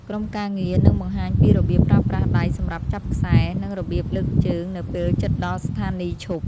ក្រុមការងារនឹងបង្ហាញពីរបៀបប្រើប្រាស់ដៃសម្រាប់ចាប់ខ្សែ និងរបៀបលើកជើងនៅពេលជិតដល់ស្ថានីយឈប់។